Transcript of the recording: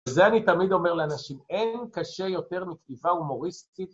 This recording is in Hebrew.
זה אני תמיד אומר לאנשים, אין קשה יותר מכתיבה הומוריסטית.